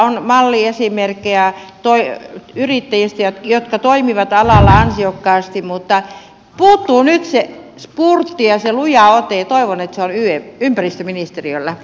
on malliesimerkkejä yrittäjistä jotka toimivat alalla ansiokkaasti mutta puuttuu nyt se spurtti ja se luja ote ja toivon että se on ympäristöministeriöllä